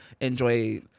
enjoy